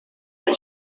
that